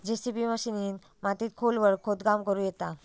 JCB मशिनीन मातीत खोलवर खोदकाम करुक येता